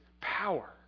power